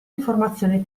informazioni